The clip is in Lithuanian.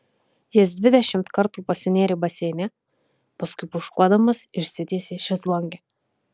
jis dvidešimt kartų pasinėrė baseine paskui pūškuodamas išsitiesė šezlonge